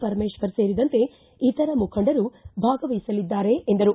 ಪರಮೇಶ್ವರ್ ಸೇರಿದಂತೆ ಇತರ ಮುಖಂಡರು ಭಾಗವಹಿಸಲಿದ್ದಾರೆ ಎಂದರು